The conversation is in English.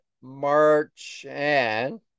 Marchand